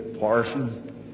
Parson